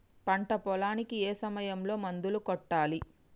పంట పొలానికి ఏ సమయంలో మందులు కొట్టాలి?